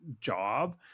job